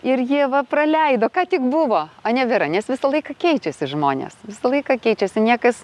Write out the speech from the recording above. ir ji va praleido ką tik buvo a nebėra nes visą laiką keičiasi žmonės visą laiką keičiasi niekas